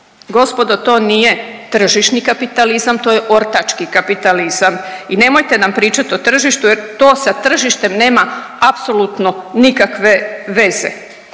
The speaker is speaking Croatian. Gospodo, to nije tržišni kapitalizam, to je ortački kapitalizam i nemojte nam pričati o tržištu jer to sa tržištem nema apsolutno nikakve veze